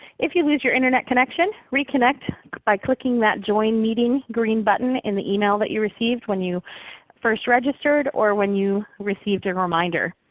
if you lose your internet connection, reconnect by clicking that join meeting green button in the email that you received when you first registered or when you received a reminder.